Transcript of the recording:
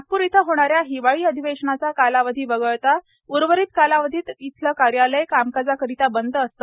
नागपूर येथे होणाऱ्या हिवाळी अधिवेशनाचा कालावधी वगळता उर्वरित कालावधीत तेथील कार्यालय कामकाजाकरिता बंद असते